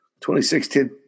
2016